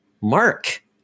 Mark